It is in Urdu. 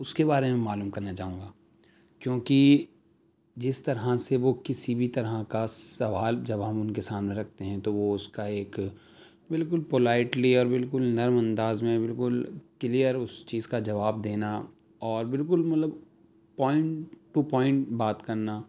اس کے بارے میں معلوم کرنا چاہوں گا کیوںکہ جس طرح سے وہ کسی بھی طرح کا سوال جب ہم ان کے سامنے رکھتے ہیں تو وہ اس کا ایک بالکل پولائٹلی اور بالکل نرم انداز میں بالكل كلیر اس چیز كا جواب دینا اور بالكل مطلب پوائنٹ ٹو پوائنٹ بات کرنا